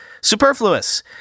superfluous